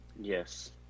Yes